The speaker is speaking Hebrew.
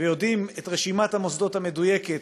ויודעים את רשימת המוסדות המדויקת,